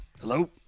Hello